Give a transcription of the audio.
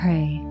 Pray